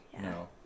No